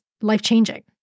life-changing